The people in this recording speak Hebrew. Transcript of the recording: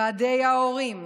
ועדי ההורים,